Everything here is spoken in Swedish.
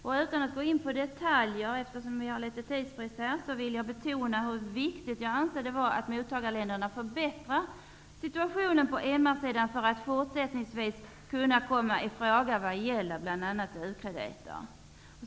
Eftersom vi har litet tidsbrist, vill jag utan att gå in på några detaljer betona hur viktigt jag anser det vara att mottagarländerna förbättrar situationen på MR sidan för att fortsättningsvis kunna komma i fråga för bl.a. u-krediter.